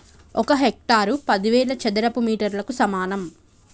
ఒక హెక్టారు పదివేల చదరపు మీటర్లకు సమానం